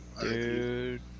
Dude